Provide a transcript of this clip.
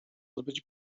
odbyć